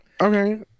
Okay